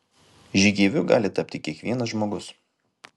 žygeiviu gali tapti kiekvienas žmogus